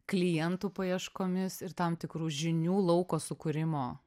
klientų paieškomis ir tam tikrų žinių lauko sukūrimo